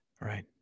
right